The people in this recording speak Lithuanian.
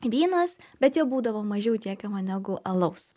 vynas bet jo būdavo mažiau tiekiama negu alaus